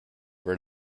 rid